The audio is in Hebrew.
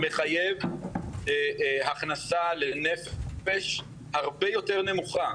מחייב הכנסה לנפש הרבה יותר נמוכה,